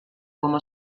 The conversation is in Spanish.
como